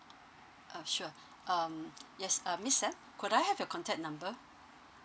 uh sure um yes uh miss san could I have your contact number